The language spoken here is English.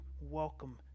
welcome